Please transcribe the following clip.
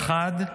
האחד,